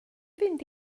fynd